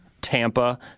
Tampa